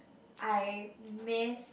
I miss